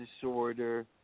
disorder